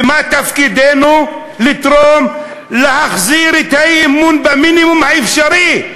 ומה תפקידנו כדי לתרום להחזרת האמון במינימום האפשרי?